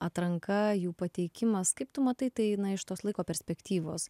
atranka jų pateikimas kaip tu matai tai eina iš tos laiko perspektyvos